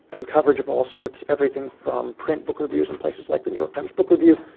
and coverage of all sorts. everything from print book reviews in places like the new york times book review,